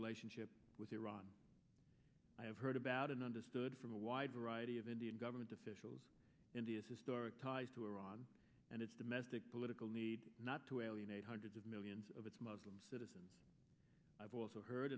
relationship with iran i have heard about and understood from a wide variety of indian government officials india's historic ties to iran and its domestic political need not to alienate hundreds of millions of its muslim citizens i've also heard